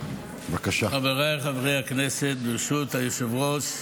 חבריי חברי הכנסת, ברשות היושב-ראש,